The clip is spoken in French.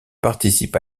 participe